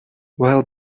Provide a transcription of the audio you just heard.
well